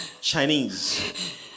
Chinese